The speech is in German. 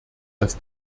dass